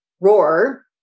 Roar